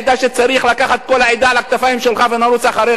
שצריך לקחת את כל העדה על הכתפיים שלך ונרוץ אחריך.